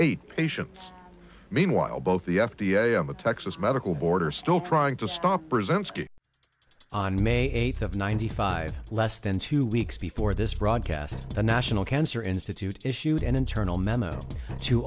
eight patients meanwhile both the f d a and the texas medical board are still trying to stop present on may eighth of ninety five less than two weeks before this broadcast the national cancer institute issued an internal memo to